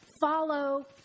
Follow